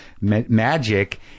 magic